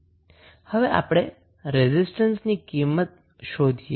હવે આપણે રેઝિસ્ટન્સની કિંમત શોધીએ